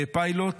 פיילוט